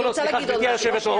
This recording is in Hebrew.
לא לא סליחה, גברתי יושבת הראש.